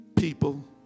people